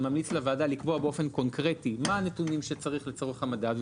אני ממליץ לוועדה לקבוע באופן קונקרטי מה הנתונים שצריך לצורך המדד.